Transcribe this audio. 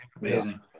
Amazing